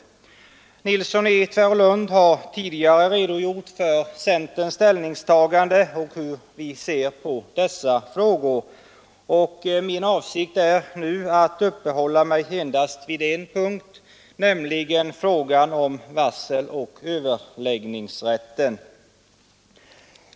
Herr Nilsson i Tvärålund har tidigare redogjort för centerns ställningstagande och för hur vi ser på dessa frågor, och min avsikt är nu att uppehålla mig endast vid en punkt, nämligen frågan om varseloch överläggningsrätten.